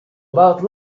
about